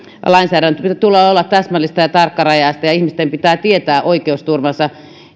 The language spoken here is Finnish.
lainsäädännön tulee olla täsmällistä ja tarkkarajaista ja ihmisten pitää tietää oikeusturvansa